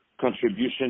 contribution